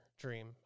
dream